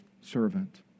servant